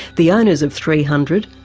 the owners of three hundred,